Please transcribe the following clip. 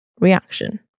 reaction